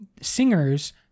singers